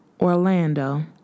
Orlando